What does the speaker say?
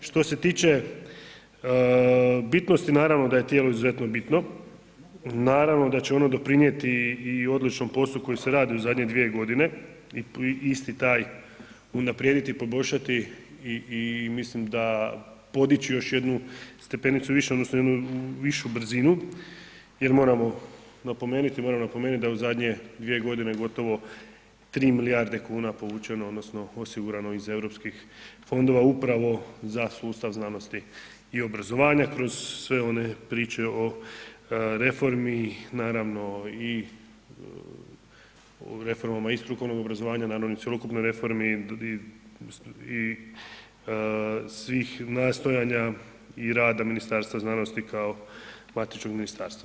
Što se tiče bitnosti, naravno da je tijelo izuzetno bitno, naravno da će ono doprinijeti i odličnom poslu koji se radi u zadnje 2 g. i isti taj unaprijediti, poboljšati i mislim da podići još jednu stepenicu više odnosno jednu višu brzinu jer moramo napomenuti da u zadnje 2 g. gotovo 3 milijarde kuna je povučeno odnosno osigurano iz europskih fondova upravo za sustav znanosti i obrazovanja kroz sve one priče o reformi naravno i reformama i strukovnog obrazovanja, naravno i cjelokupnoj reformi i svih nastojanja i rada Ministarstva znanosti kao matičnog ministarstva.